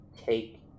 take